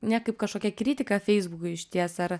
ne kaip kažkokia kritika feisbukui išties ar